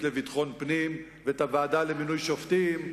את התיק לביטחון פנים ואת הוועדה למינוי שופטים.